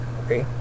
okay